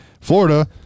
Florida